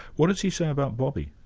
what does he say about bobby?